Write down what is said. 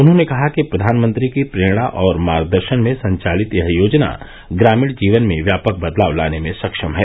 उन्होंने कहा कि प्रधानमंत्री की प्रेरणा और मार्ग दर्शन में संचालित यह योजना ग्रामीण जीवन में व्यापक बदलाव लाने में सक्षम है